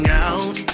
out